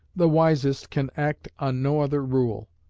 the wisest can act on no other rule,